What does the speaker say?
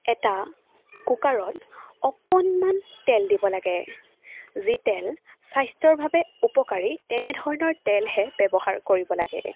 এটা কুকাৰত অকণমান তেল দিব লাগে যি তেল স্বাস্থ্যৰ বাবে উপকাৰী তেনেধৰণৰ তেলহে ব্যৱহাৰ কৰিব লাগে